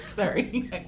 Sorry